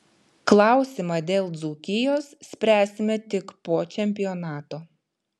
klausimą dėl dzūkijos spręsime tik po čempionato